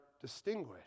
distinguished